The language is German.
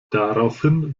daraufhin